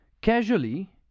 Casually